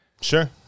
Sure